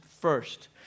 first